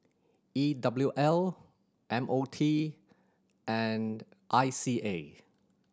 E W L M O T and I C A